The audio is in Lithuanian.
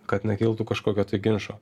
kad nekiltų kažkokio tai ginčo